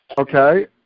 Okay